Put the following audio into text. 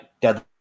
deadly